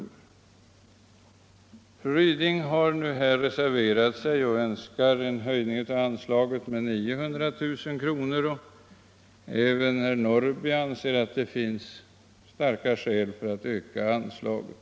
Fru Ryding har reserverat sig och önskar en höjning av anslaget med 900 000 kr., och även herr Norrby anser att det finns starka skäl för att öka anslaget.